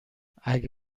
اگه